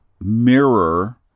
mirror